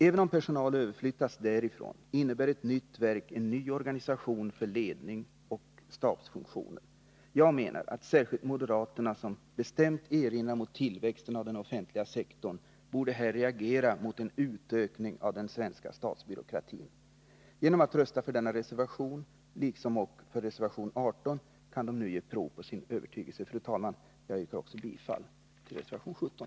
Även om personal överflyttas därifrån innebär ett nytt verk en ny organisation för ledning och stabsfunktioner. Jag menar att särskilt moderaterna, som bestämt erinrar mot tillväxten av den offentliga sektorn, här borde reagera mot en ökning av den svenska statsbyråkratin. Genom att rösta för denna reservation liksom ock för reservation 18 kan de nu ge prov på sin övertygelse. Fru talman! Jag yrkar också bifall till reservation 17.